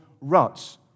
ruts